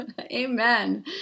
Amen